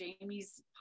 Jamie's